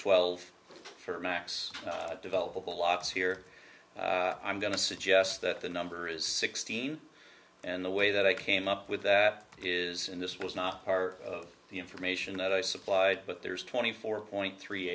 twelve for max developable lots here i'm going to suggest that the number is sixteen and the way that i came up with that is and this was not part of the information that i supplied but there is twenty four point three